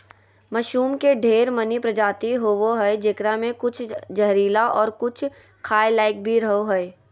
mushroom के ढेर मनी प्रजाति होवो हय जेकरा मे कुछ जहरीला और कुछ खाय लायक भी रहो हय